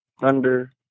Thunder